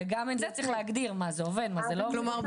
וגם את זה צריך להגדיר מה זה עובד, מה זה לא עובד.